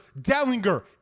Dellinger